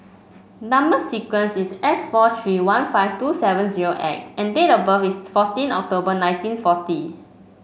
number sequence is S four three one five two seven zero X and date of birth is fourteen October nineteen forty